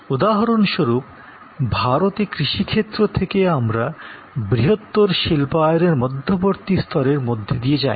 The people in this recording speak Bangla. উদাহরণস্বরূপ ভারতে কৃষিক্ষেত্র থেকে আমরা বৃহত্তর শিল্পায়নের মধ্যবর্তী স্তরের মধ্য দিয়ে যাইনি